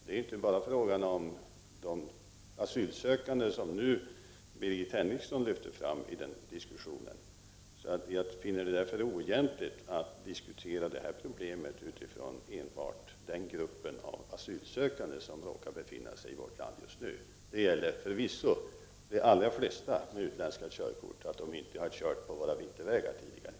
Det gäller inte bara de asylsökande som Birgit Henriksson nu lyfter fram. Jag finner det därför oegentligt att diskutera detta problem utifrån enbart denna grupp av asylsökande som råkar be finna sig i vårt land just nu. De allra flesta personer med utländska körkort har inte kört på våra vintervägar tidigare.